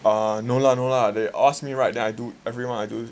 ah no lah no lah they ask me right then I do everyone I do